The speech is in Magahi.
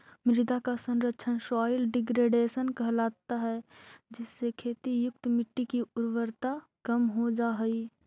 मृदा का क्षरण सॉइल डिग्रेडेशन कहलाता है जिससे खेती युक्त मिट्टी की उर्वरता कम हो जा हई